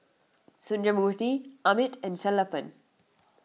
Sundramoorthy Amit and Sellapan